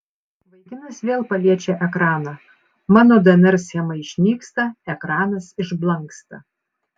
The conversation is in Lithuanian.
vaikinas vėl paliečia ekraną mano dnr schema išnyksta ekranas išblanksta